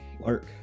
Lark